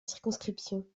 circonscription